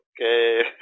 okay